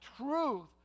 truth